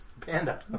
Panda